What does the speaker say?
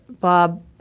bob